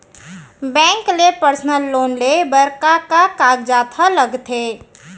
Bank ले personal loan लेये बर का का कागजात ह लगथे?